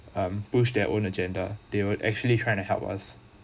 um push their own agenda they would actually trying to help us